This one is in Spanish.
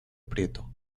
prieto